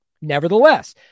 nevertheless